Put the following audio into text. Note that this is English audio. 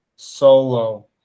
solo